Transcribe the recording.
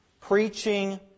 preaching